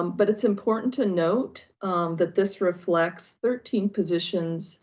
um but it's important to note that this reflects thirteen positions